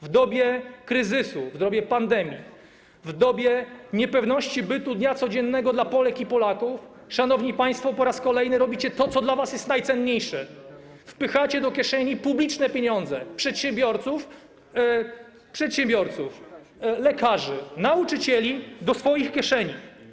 W dobie kryzysu, w dobie pandemii, w dobie niepewności bytu dnia codziennego dla Polek i Polaków, szanowni państwo, po raz kolejny robicie to, co dla was jest najcenniejsze - wpychacie do kieszeni publiczne pieniądze przedsiębiorców, lekarzy, nauczycieli, do swoich kieszeni.